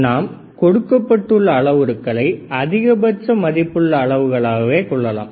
நாம் கொடுக்கப்பட்டுள்ள அளவுருக்களை அதிகபட்ச மதிப்புள்ள அளவுகளாகவே கொள்ளலாம்